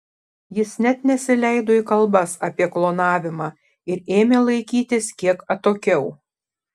jis net nesileido į kalbas apie klonavimą ir ėmė laikytis kiek atokiau